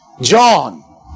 John